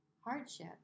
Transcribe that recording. hardship